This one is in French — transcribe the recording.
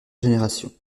génération